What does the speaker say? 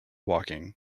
walking